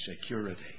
security